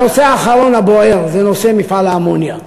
והנושא האחרון הבוער זה נושא מפעל האמוניה.